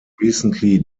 recently